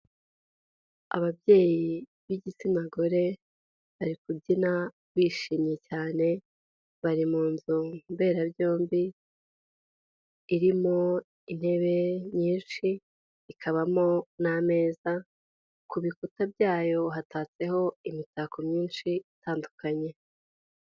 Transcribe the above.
Ababyeyi b'igitsina gore bari kubyina bishimye cyane, bari mu nzu mberabyombi irimo intebe nyinshi, ikabamo n'ameza ku bikuta byayo hatatseho imitako myinshi itandukanye.